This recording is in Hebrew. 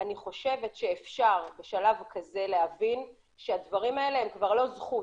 אני חושבת שאפשר בשלב כזה להבין שהדברים האלה הם כבר לא זכות,